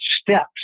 steps